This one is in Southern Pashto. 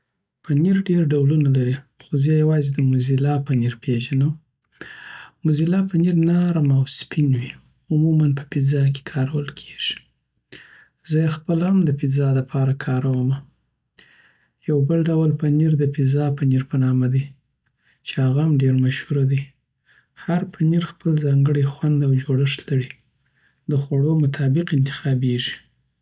پنیر ډېر ډولونه لري، خو زه یی یوازی د موزیلا پنیر پیژنم. موزیلا پنیر نرم او سپین وي، عموماً په پیزا کې کارول کېږي. زه یی خپله هم د پیزا دپاره کاروم. یو بل ډول پنیر د پیزا پنیر په نامه دی چی هغه هم ډیر مشهوره دی. هر پنیر خپل ځانګړی خوند او جوړښت لري، د خوړو مطابق انتخابېږي.